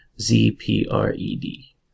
Z-P-R-E-D